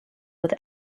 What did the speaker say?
with